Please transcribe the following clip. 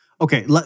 Okay